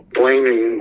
blaming